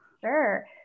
Sure